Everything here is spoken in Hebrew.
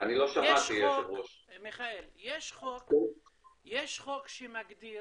מיכאל, יש חוק שמגדיר